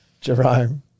Jerome